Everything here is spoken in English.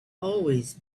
always